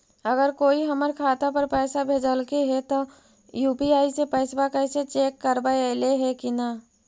अगर कोइ हमर खाता पर पैसा भेजलके हे त यु.पी.आई से पैसबा कैसे चेक करबइ ऐले हे कि न?